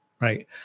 right